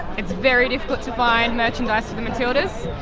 it's very difficult to find merchandise for the matildas.